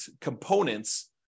components